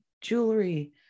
jewelry